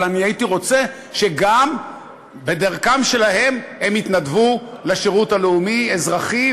אבל אני הייתי רוצה שגם בדרכם-שלהם הם יתנדבו לשירות הלאומי-אזרחי,